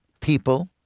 people